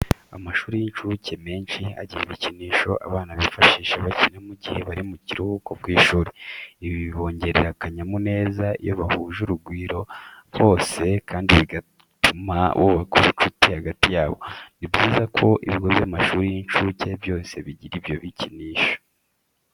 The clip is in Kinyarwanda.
Amashuri y'incuke menshi agira ibikinisho abana bifashisha bakina mu gihe bari mu karuhuko ku ishuri. Ibi bibongerera akanyamuneza iyo bahuje urugwiro bose kandi bigatuma bubaka ubucuti hagati yabo. Ni byiza ko ibigo by'amashuri y'incuke byose bigira ibyo bikinisho.